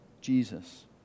Jesus